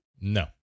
No